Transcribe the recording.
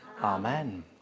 Amen